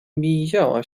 miziała